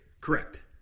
Correct